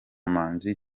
manzi